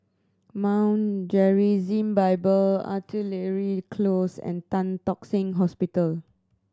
Mount Gerizim Bible Artillery Close and Tan Tock Seng Hospital